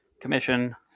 commission